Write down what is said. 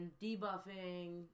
debuffing